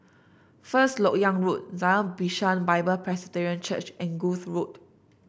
First LoK Yang Road Zion Bishan Bible Presbyterian Church and Kloof Road